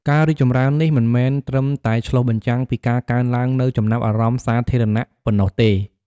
ការរីកចម្រើននេះមិនមែនត្រឹមតែឆ្លុះបញ្ចាំងពីការកើនឡើងនូវចំណាប់អារម្មណ៍សាធារណៈប៉ុណ្ណោះទេ។